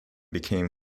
became